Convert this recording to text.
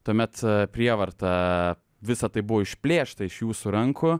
tuomet prievarta visa tai buvo išplėšta iš jūsų rankų